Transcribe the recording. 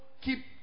keep